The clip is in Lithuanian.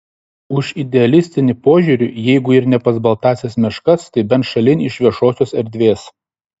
už idealistinį požiūrį jeigu ir ne pas baltąsias meškas tai bent šalin iš viešosios erdvės